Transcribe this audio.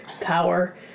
power